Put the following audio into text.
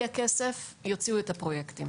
יהיה כסף, יוציאו את הפרויקטים.